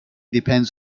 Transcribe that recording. depends